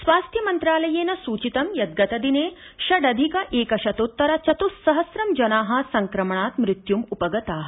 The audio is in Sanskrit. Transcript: स्वास्थ्य मन्त्रालयेन सूचितं यत् गतदिने षडधिक एक शतोत्तर चतुस्सहस्र जनाः संक्रमणात् मृत्युम् उपगताः